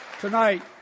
tonight